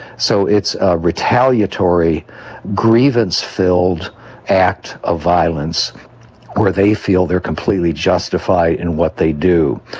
so it's a retaliatory grievance-filled act of violence where they feel they are completely justified in what they do.